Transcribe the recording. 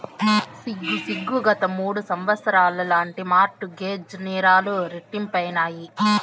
సిగ్గు సిగ్గు, గత మూడు సంవత్సరాల్ల ఇలాంటి మార్ట్ గేజ్ నేరాలు రెట్టింపైనాయి